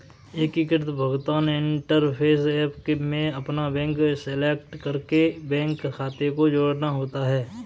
एकीकृत भुगतान interface app में अपना बैंक सेलेक्ट करके बैंक खाते को जोड़ना होता है